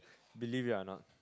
believe it or not